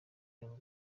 rwego